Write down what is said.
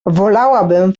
wolałabym